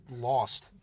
Lost